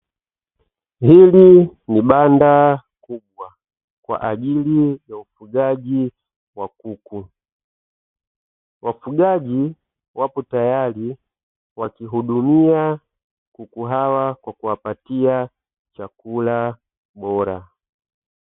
Hili ni banda kubwa kwa ajili ya ufugaji wa kuku, wafugaji wapo tayari wakihudumia kuku hawa kuwapatia chakula bora.